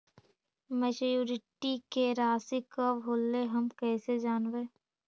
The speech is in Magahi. मैच्यूरिटी के रासि कब होलै हम कैसे जानबै?